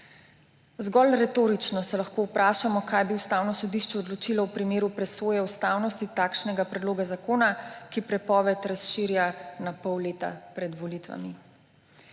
Zgolj retorično se lahko vprašamo, kaj bi Ustavno sodišče odločilo v primeru presoje ustavnosti takšnega predloga zakona, ki prepoved razširja na pol leta pred volitvami.